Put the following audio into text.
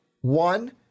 one